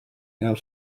air